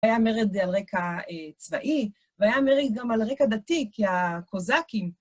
היה מרד על רקע צבאי, והיה מרד גם על רקע דתי, כי הקוזקים...